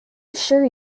assure